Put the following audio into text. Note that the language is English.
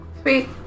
Sweet